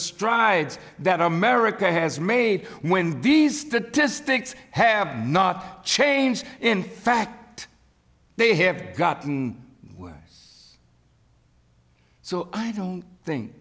strides that america has made when this statistics have not changed in fact they have gotten worse so i don't think